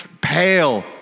pale